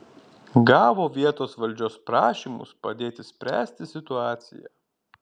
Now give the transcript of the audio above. gavo vietos valdžios prašymus padėti spręsti situaciją